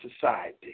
society